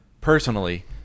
personally